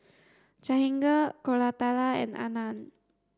Jahangir Koratala and Anand